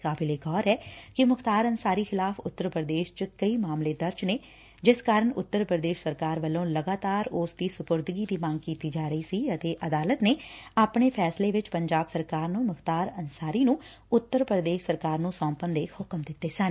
ਕਾਗਿਲੇ ਗੌਰ ਐ ਕਿ ਮੁਖਤਾਰ ਅੰਸਾਰੀ ਖਿਲਾਫ਼ ਉੱਤਰ ਪ੍ਰਦੇਸ਼ ਚ ਕਈ ਮਾਮਲੇ ਦਰਜ ਨੇ ਜਿਸ ਕਾਰਨ ਉੱਤਰ ਪ੍ਰਦੇਸ਼ ਸਰਕਾਰ ਵੱਲੋ ਲਗਾਤਾਰ ਉਸਦੀ ਸੁਪਰਦਗੀ ਦੀ ਮੰਗ ਕੀਤੀ ਜਾ ਰਹੀ ਸੀ ਅਤੇ ਅਦਾਲਤ ਨੇ ਆਪਣੇ ਫੈਸਲੇ ਵਿਚ ਪੰਜਾਬ ਸਰਕਾਰ ਨੂੰ ਮੁਖਤਾਰ ਅੰਸਾਰੀ ਨੂੰ ਉਤਰ ਪੁਦੇਸ਼ ਸਰਕਾਰ ਨੂੰ ਸੌਂਪਣ ਦੇ ਹੁਕਮ ਦਿੱਤੇ ਸਨ